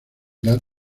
dar